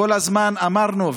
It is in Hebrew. כל הזמן אמרנו,